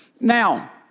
Now